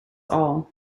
all